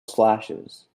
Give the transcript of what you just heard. slashes